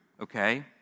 okay